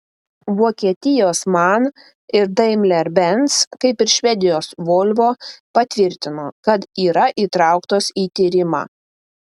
vokietijos man ir daimler benz kaip ir švedijos volvo patvirtino kad yra įtrauktos į tyrimą